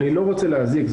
אני לא רוצה להזיק.